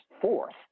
fourth